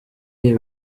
iyi